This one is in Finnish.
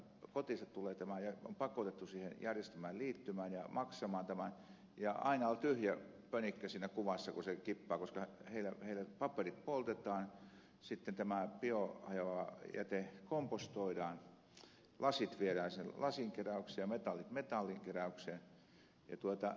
hänen kotiinsa tulee tämä auto ja on pakotettu siihen järjestelmään liittymään ja maksamaan tämä ja aina on tyhjä pönikkä siinä kuvassa kun se kippaa koska heillä paperit poltetaan biohajoava jäte kompostoidaan lasit viedään lasinkeräykseen ja metallit metallinkeräykseen ja heille ei tule jätettä